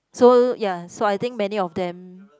so ya so I think many of them